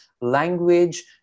language